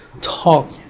talk